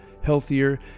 healthier